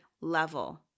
level